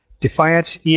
Defiance